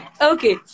Okay